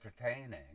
entertaining